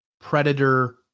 predator